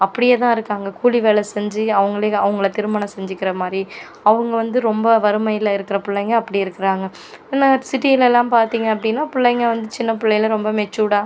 அப்படியே தான் இருக்காங்க கூலி வேலை செஞ்சு அவங்க அவங்களை திருமணம் செஞ்சுக்கிற மாதிரி அவங்க வந்து ரொம்ப வறுமையில் இருக்கிற பிள்ளைங்க அப்படி இருக்கிறாங்க ஆனால் சிட்டிலலாம் பார்த்தீங்க அப்படின்னா பிள்ளைங்க வந்து சின்ன பிள்ளையில ரொம்ப மெச்சூர்டாக